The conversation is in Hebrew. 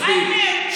מספיק.